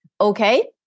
okay